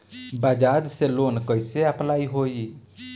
बज़ाज़ से लोन कइसे अप्लाई होई?